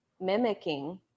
mimicking